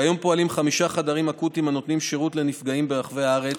כיום פועלים חמישה חדרים אקוטיים הנותנים שירות לנפגעים ברחבי הארץ: